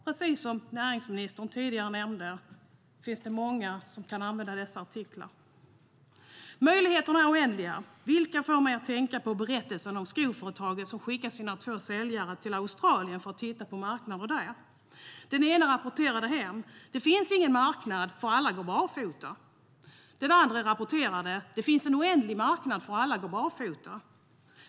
Precis som näringsministern tidigare nämnde finns det många som kan använda dessa artiklar. Möjligheterna är oändliga, vilket får mig att tänka på berättelsen om skoföretaget som skickade två av sina säljare till Australien för att titta på marknaden där. Den ene rapporterade hem: Det finns ingen marknad, för alla går barfota. Den andre rapporterade: Det finns en oändlig marknad, för alla går barfota.